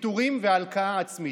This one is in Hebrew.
ויתורים והלקאה עצמית.